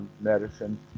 medicine